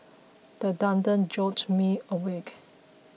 the thunder jolts me awake